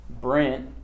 Brent